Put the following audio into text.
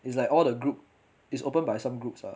it's like all the group is open by some groups ah